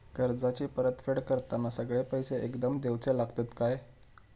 कर्जाची परत फेड करताना सगळे पैसे एकदम देवचे लागतत काय?